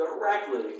directly